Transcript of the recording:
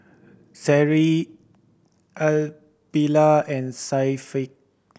Seri Aqilah and Syafiq